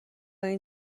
این